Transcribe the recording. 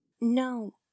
No